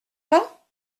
pas